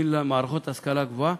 win למערכות ההשכלה הגבוהה,